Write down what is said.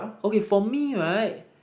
okay for me right